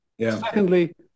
secondly